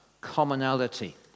commonality